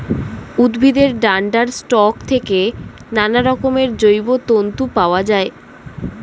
উদ্ভিদের ডান্ডার স্টক থেকে নানারকমের জৈব তন্তু পাওয়া যায়